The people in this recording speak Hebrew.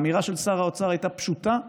האמירה של שר האוצר הייתה פשוטה וברורה: